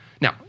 Now